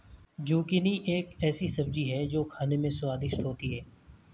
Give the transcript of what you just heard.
zucchini एक ऐसी सब्जी है जो खाने में स्वादिष्ट होती है